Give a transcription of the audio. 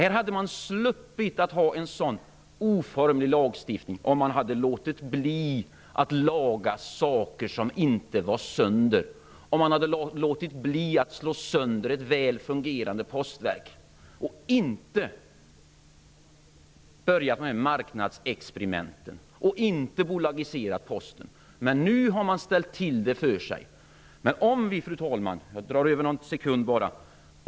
Vi hade sluppit en sådan oformlig lagstiftning om man hade låtit bli att laga saker som inte var sönder och om man låtit bli att slå sönder ett väl fungerande postverk. Man borde inte ha börjat med marknadsexperimenten och bolagiserat Posten. Nu har man ställt till det för sig. Fru talman! Jag drar över någon sekund bara.